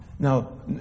Now